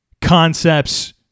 concepts